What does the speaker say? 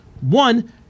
one